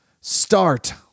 start